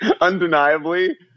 undeniably